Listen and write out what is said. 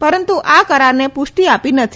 પરંતુ આ કરારને પૃષ્ટી આપી નથી